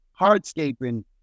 hardscaping